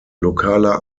lokaler